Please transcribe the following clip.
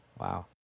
wow